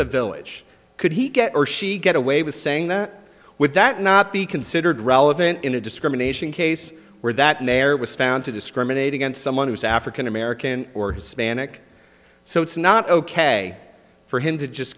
the village could he get or she get away with saying that would that not be considered relevant in a discrimination case where that mayor was found to discriminate against someone who's african american or hispanic so it's not ok for him to just